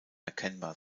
erkennbar